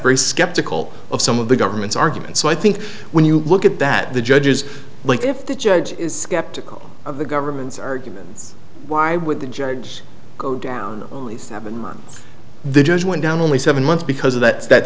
very skeptical of some of the government's argument so i think when you look at that the judge's like if the judge is skeptical of the government's arguments why would the judge go down only seven months the judge went down only seven months because of that that